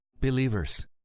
Believers